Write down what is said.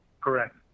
Correct